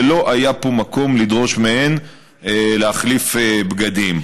ולא היה פה מקום לדרוש מהן להחליף בגדים.